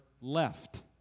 left